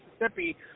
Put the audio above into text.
Mississippi